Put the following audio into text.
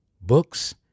books